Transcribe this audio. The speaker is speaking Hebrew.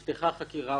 נפתחה חקירה,